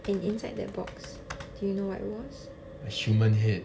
and inside that box do you know what it was